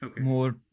more